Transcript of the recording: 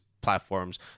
platforms